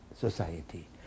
society